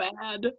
bad